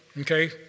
okay